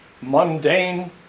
mundane